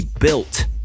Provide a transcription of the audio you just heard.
built